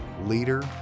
leader